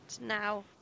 now